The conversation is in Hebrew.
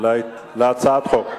הצעת החוק.